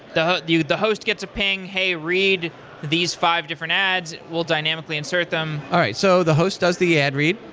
the the host gets a ping, hey, read these five different ads. we'll dynamically insert them. all right. so the host does the ad read.